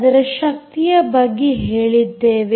ಅದರ ಶಕ್ತಿಯ ಬಗ್ಗೆ ಹೇಳಿದ್ದೇವೆ